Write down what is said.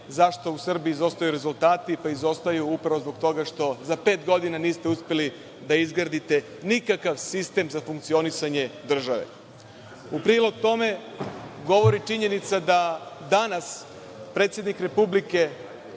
zašto u Srbiji izostaju rezultati. Pa izostaju upravo zbog toga što za pet godina niste uspeli da izgradite nikakav sistem za funkcionisanje države.U prilog tome govori i činjenica da danas predsednik Republike